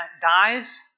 dies